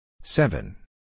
Seven